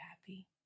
happy